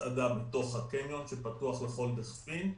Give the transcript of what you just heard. אזור הסעדה שפתוח לכל דיכפין.